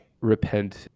repent